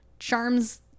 charms